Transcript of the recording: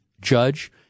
judge